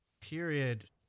period